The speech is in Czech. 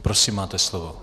Prosím, máte slovo.